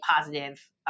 positive